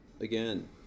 again